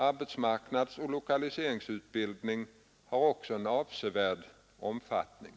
Arbetsmarknadsoch lokaliseringsutbildningen har också en avsevärd omfattning.